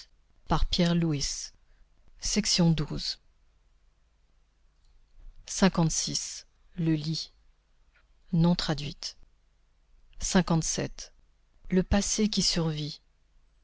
le lit le passé qui survit